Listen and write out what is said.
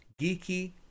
geeky